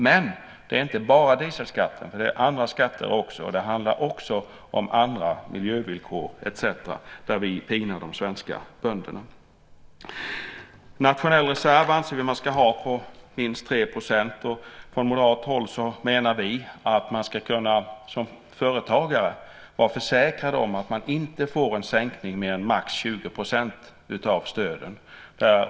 Men det gäller inte bara dieselskatten utan andra skatter också, och det handlar också om andra miljövillkor etcetera där vi pinar de svenska bönderna. Nationell reserv anser vi att man ska ha på minst 3 %. Från moderat håll menar vi att man som företagare ska kunna vara försäkrad om att man inte får en sänkning på mer än max 20 % av stöden.